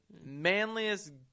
manliest